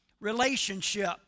relationship